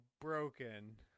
broken